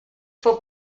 for